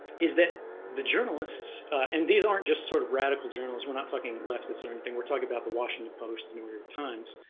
is that the journalists and these aren't just sort of radical journals. we're not talking leftists or anything. we're talking about the washington post, the new york times.